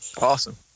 Awesome